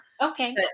Okay